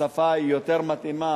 השפה היותר-מתאימה,